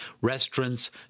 restaurants